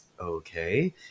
Okay